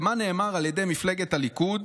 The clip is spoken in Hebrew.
למה שנאמר על ידי מפלגת הליכוד